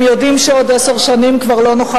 הם יודעים שבעוד עשר שנים כבר לא נוכל